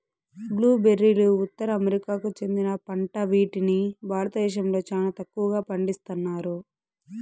blue బెర్రీలు ఉత్తర అమెరికాకు చెందిన పంట వీటిని భారతదేశంలో చానా తక్కువగా పండిస్తన్నారు